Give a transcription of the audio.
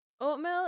Oatmeal